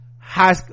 high